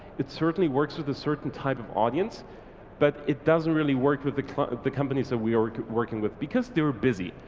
it certainly works with a certain type of audience but it doesn't really work with the the companies that we are working with, because they were busy.